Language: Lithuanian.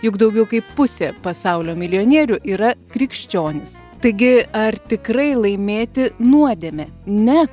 juk daugiau kaip pusė pasaulio milijonierių yra krikščionys taigi ar tikrai laimėti nuodėmė ne